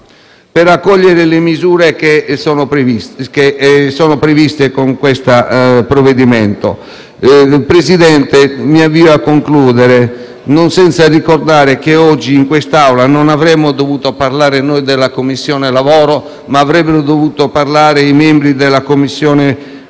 per accogliere le misure previste con questo provvedimento. Mi avvio a concludere, Presidente, non senza ricordare che oggi, in quest'Aula, non avremmo dovuto parlare noi della Commissione lavoro ma avrebbero dovuto parlare i membri della Commissione